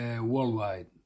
worldwide